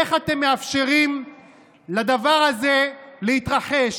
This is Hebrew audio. איך אתם מאפשרים לדבר הזה להתרחש,